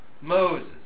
Moses